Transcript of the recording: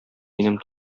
минем